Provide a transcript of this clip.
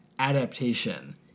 adaptation